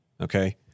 okay